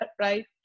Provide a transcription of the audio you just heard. right